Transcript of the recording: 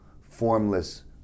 formless